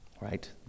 right